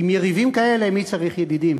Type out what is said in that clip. עם יריבים כאלה, מי צריך ידידים?